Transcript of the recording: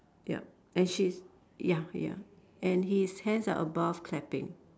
yup and she's ya ya and his hands are above clapping